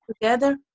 together